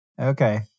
Okay